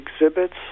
exhibits